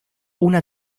una